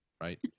right